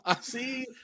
See